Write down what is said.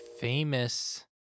famous